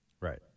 Right